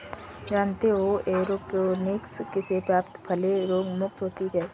जानते हो एयरोपोनिक्स से प्राप्त फलें रोगमुक्त होती हैं